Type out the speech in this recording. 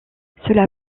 cela